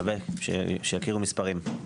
שווה שיכירו מספרים.